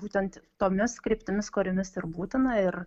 būtent tomis kryptimis kuriomis ir būtina ir